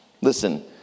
Listen